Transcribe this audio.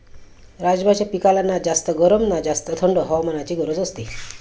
राजमाच्या पिकाला ना जास्त गरम ना जास्त थंड हवामानाची गरज असते